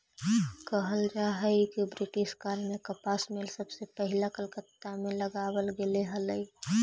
कहल जा हई कि ब्रिटिश काल में कपास मिल सबसे पहिला कलकत्ता में लगावल गेले हलई